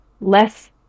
Less